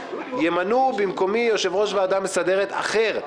אז ימנו במקומי יושב-ראש ועדת מסדרת אחר.